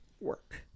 work